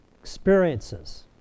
experiences